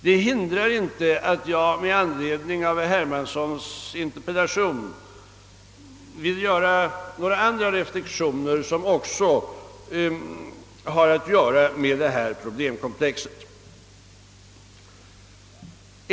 Detta hindrar emellertid inte att jag ändå i anledning av herr Hermanssons interpellation vill göra några andra reflexioner som också rör detta problemkomplex.